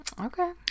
Okay